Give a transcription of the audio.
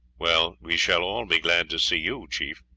well, we shall all be glad to see you, chief,